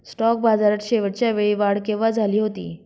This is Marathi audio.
स्टॉक बाजारात शेवटच्या वेळी वाढ केव्हा झाली होती?